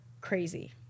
crazy